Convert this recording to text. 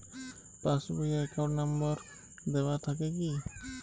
Pass বই এ account number দেওয়া থাকে কি?